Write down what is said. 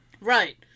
Right